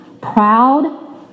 proud